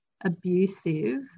abusive